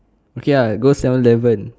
okay ah go seven eleven